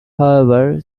however